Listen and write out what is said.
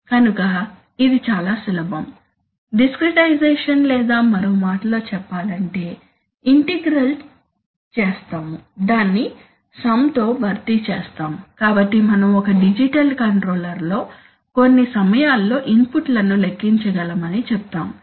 కనుక ఇది చాలా సులభం డిస్కరిటైజేషన్ లేదా మరో మాటలో చెప్పాలంటే ఇంటిగ్రల్ చేస్తాము దాన్ని సమ్తో భర్తీ చేస్తాము కాబట్టి మనం ఒక డిజిటల్ కంట్రోలర్లో కొన్ని సమయాల్లో ఇన్పుట్లను లెక్కించగలమని చెప్తాము